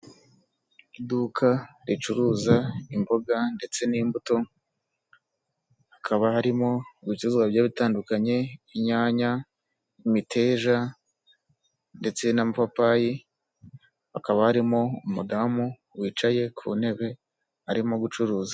Iduka ricuruza imboga ndetse n'imbuto, hakaba harimo ibicuruzwa bigiye bitatandukanye inyanya, miteja, ndetse n'amapapayi hakaba harimo umudamu wicaye ku ntebe arimo gucuruza.